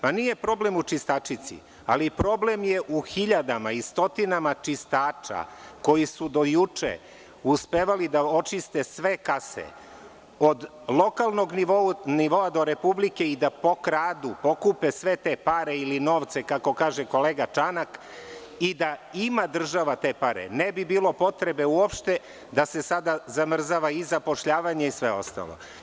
Nije problem u čistačici, ali problem je u hiljadama i stotinama čistača koji su do juče uspevali da očiste sve kase, od lokalnog nivoa do Republike, i da pokradu, pokupe sve te pare ili novce, kako kaže kolega Čanak, i da ima država te pare ne bi bilo potrebe uopšte da se sada zamrzava i zapošljavanje i sve ostalo.